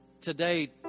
Today